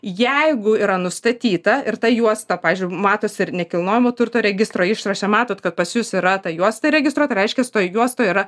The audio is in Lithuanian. jeigu yra nustatyta ir ta juosta pavyzdžiui matosi ir nekilnojamo turto registro išraše matot kad pas jusyra ta juosta registro tai reiškias toj juostoj yra